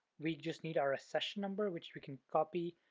we just need our accession number which we can copy,